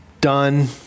done